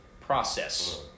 process